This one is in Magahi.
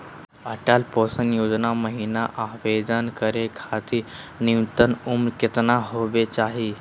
अटल पेंसन योजना महिना आवेदन करै खातिर न्युनतम उम्र केतना होवे चाही?